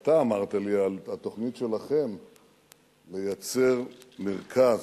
אתה אמרת לי על תוכנית שלכם לייצר מרכז,